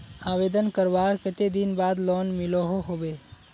आवेदन करवार कते दिन बाद लोन मिलोहो होबे?